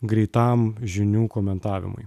greitam žinių komentavimui